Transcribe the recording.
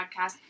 podcast